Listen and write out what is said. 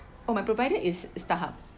oh my provider is Starhub